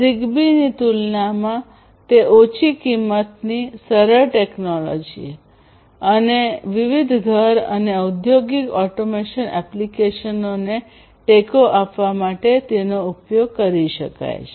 ઝિગબીની તુલનામાં તે ઓછી કિંમતની સરળ ટેકનોલોજી છે અને વિવિધ ઘર અને ઔદ્યોગિક ઓટોમેશન એપ્લિકેશનોને ટેકો આપવા માટે તેનો ઉપયોગ કરી શકાય છે